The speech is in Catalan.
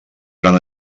gran